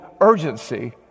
urgency